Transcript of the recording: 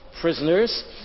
prisoners